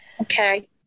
Okay